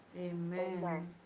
Amen